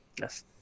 Yes